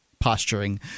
posturing